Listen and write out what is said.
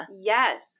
Yes